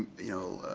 you know,